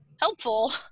helpful